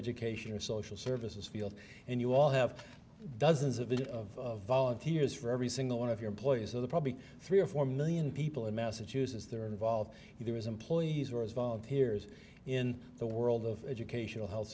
education or social services field and you all have dozens of it of volunteers for every single one of your employees of the probably three or four million people in massachusetts they're involved here is employees are volunteers in the world of educational health